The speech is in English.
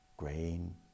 Grain